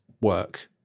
work